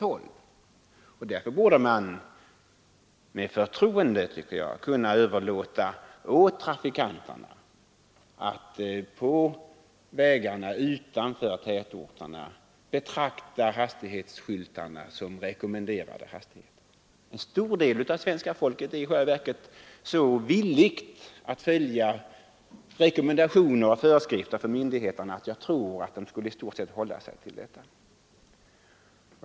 Jag tycker därför att man med förtroende borde kunna överlåta åt trafikanterna att på vägarna utanför tätorterna betrakta hastighetsskyltarna som rekommenderade hastigheter. En stor del av svenska folket är i själva verket så villig att följa rekommendationer och föreskrifter från myndigheterna att jag tror att man i stort sett skulle iaktta dessa.